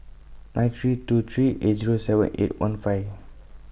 nine three two three eight Zero seven eight one five